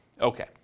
Okay